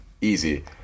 Easy